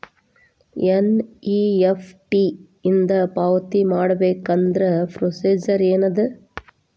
NEFT ಇಂದ ಪಾವತಿ ಮಾಡಬೇಕಂದ್ರ ಪ್ರೊಸೇಜರ್ ಏನದ